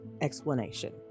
explanation